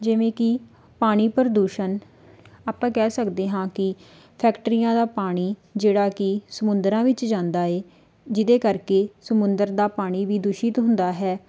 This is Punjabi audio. ਜਿਵੇਂ ਕਿ ਪਾਣੀ ਪ੍ਰਦੂਸ਼ਣ ਆਪਾਂ ਕਹਿ ਸਕਦੇ ਹਾਂ ਕਿ ਫੈਕਟਰੀਆਂ ਦਾ ਪਾਣੀ ਜਿਹੜਾ ਕਿ ਸਮੁੰਦਰਾਂ ਵਿੱਚ ਜਾਂਦਾ ਹੈ ਜਿਹਦੇ ਕਰਕੇ ਸਮੁੰਦਰ ਦਾ ਪਾਣੀ ਵੀ ਦੂਸ਼ਿਤ ਹੁੰਦਾ ਹੈ